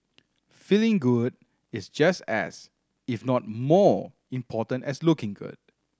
feeling good is just as if not more important as looking good